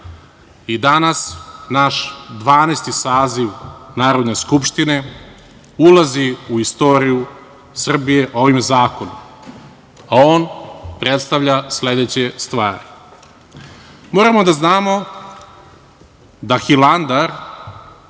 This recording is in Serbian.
i danas naš Dvanaesti saziv Narodne skupštine, ulazi u istoriju Srbije ovim zakonom. On predstavlja sledeće stvari. Moramo da znamo da Hilandar